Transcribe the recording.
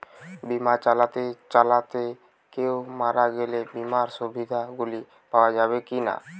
বিমা চালাতে চালাতে কেও মারা গেলে বিমার সুবিধা গুলি পাওয়া যাবে কি না?